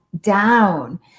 down